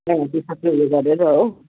त्यहाँदेखि गरेर हो